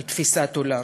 על תפיסת עולם.